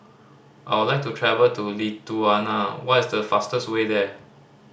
I would like to travel to Lithuania what is the fastest way there